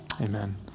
amen